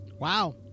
Wow